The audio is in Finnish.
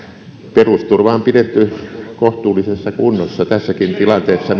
perusturva on pidetty kohtuullisessa kunnossa tässäkin tilanteessa